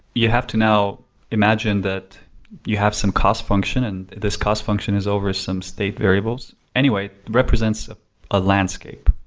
you have to now imagine that you have some cost function and this cost function is over some state variables. anyway, it represents ah a landscape.